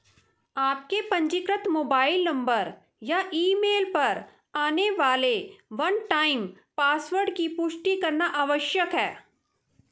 आपके पंजीकृत mobile number या ईमेल पर आने वाले वन टाइम पासवर्ड की पुष्टि करना आवश्यक है